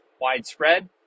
widespread